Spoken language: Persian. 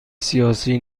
سیاسی